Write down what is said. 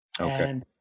Okay